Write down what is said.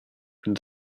and